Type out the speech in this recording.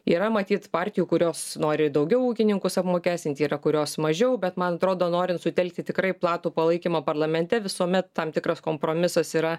yra matyt partijų kurios nori daugiau ūkininkus apmokestinti yra kurios mažiau bet man atrodo norint sutelkti tikrai platų palaikymą parlamente visuomet tam tikras kompromisas yra